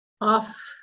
off